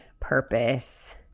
purpose